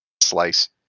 Slice